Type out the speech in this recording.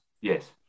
yes